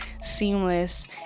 seamless